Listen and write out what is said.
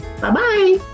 bye-bye